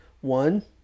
one